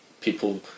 people